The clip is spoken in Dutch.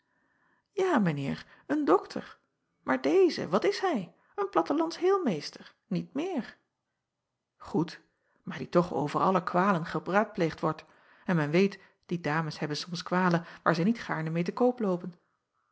a mijn eer en dokter maar deze wat is hij een plattelands heelmeester niet meer oed maar die toch over alle kwalen geraadpleegd wordt en men weet die dames hebben soms kwalen waar zij niet gaarne meê te koop loopen